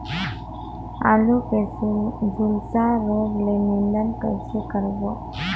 आलू के झुलसा रोग ले निदान कइसे करबो?